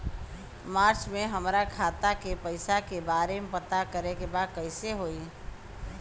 मार्च में हमरा खाता के पैसा के बारे में पता करे के बा कइसे होई?